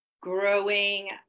growing